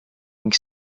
ning